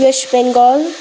West Bengal